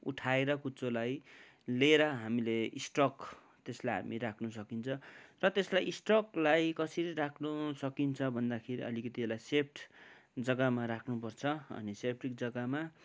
उठाएर कुचोलाई ल्याएर हामीले स्टक त्यसलाई हामी राख्नु सकिन्छ र त्यसलाई स्टकलाई कसरी राख्नु सकिन्छ भन्दाखेरि अलिकति यसलाई सेफ जग्गामा राख्न पर्छ अनि सेफ्टी जग्गामा